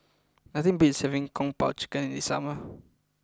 nothing beats having Kung Po Chicken in the summer